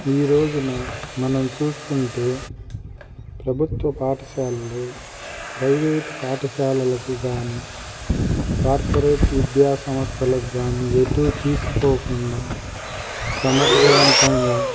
ఈరోజున మనం చూసుకుంటే ప్రభుత్వ పాఠశాలలు ప్రైవేటు పాఠశాలలకు కానీ కార్పొరేట్ విద్యాసంస్థలకు కానీ ఎటూ తీసిపోకుండా సమర్థవంతంగా